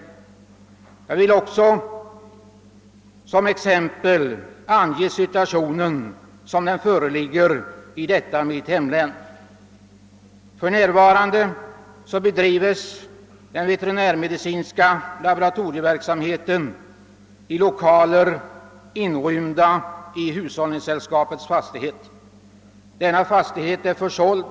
Vidare vill jag som exempel ange situationen i detta mitt hemlän. För närvärande bedrives den veterinärmedicinska laboratorieverksamheten i lokaler inrymda i hushållningssällskapets fastighet, vilken är försåld.